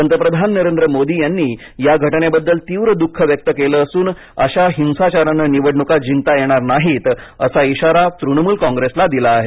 पंतप्रधान नरेंद्र मोदी यांनी या घटनेबद्दल तीव्र दुखः व्यक्त केलं असून अशा हिंसाचारानं निवडणुका जिंकता येणार नाहीत असा इशारा तृणमूल कॉंग्रेसला दिला आहे